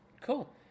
Cool